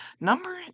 Number